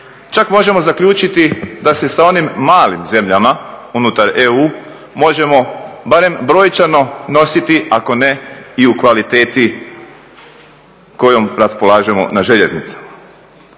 čak možemo zaključiti sa se sa onim malim zemljama unutar EU možemo barem brojčano nositi ako ne i u kvaliteti kojom raspolažemo na željeznicama.